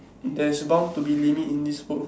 there's bound to be limit in this world